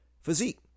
physique